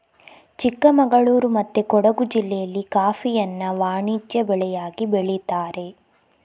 ಚಿಕ್ಕಮಗಳೂರು ಮತ್ತೆ ಕೊಡುಗು ಜಿಲ್ಲೆಯಲ್ಲಿ ಕಾಫಿಯನ್ನ ವಾಣಿಜ್ಯ ಬೆಳೆಯಾಗಿ ಬೆಳೀತಾರೆ